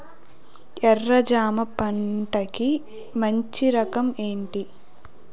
ఎర్ర జమ పంట కి మంచి రకం ఏంటి?